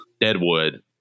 Deadwood